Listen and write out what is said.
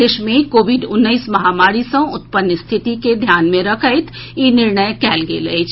देश मे कोविड उन्नैस महामारी सँ उत्पन्न स्थिति के ध्यान मे रखैत ई निर्णय कएल गेल अछि